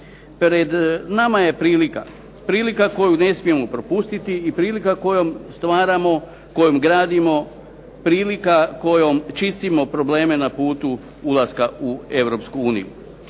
Pred nama je prilika, prilika koju ne smijemo propustiti i prilika kojom stvaramo, kojom gradimo, prilika kojom čistimo probleme na putu ulaska u EU.